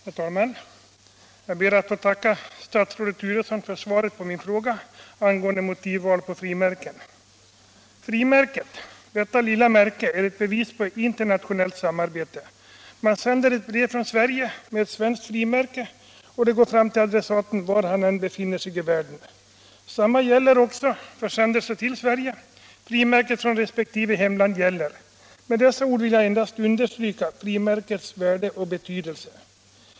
Herr talman! Jag ber att få tacka statsrådet Turesson för svaret på min fråga angående motivval på frimärken. Frimärket, detta lilla märke, är ett bevis på internationellt samarbete. Man sänder ett brev från Sverige med ett svenskt frimärke, och det går fram till adressaten var han än befinner sig i världen. Likadant är det med försändelser till Sverige — frimärket från resp. hemland gäller. Med dessa ord vill jag endast understryka frimärkets värde och betydelse.